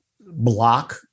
block